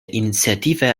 initiative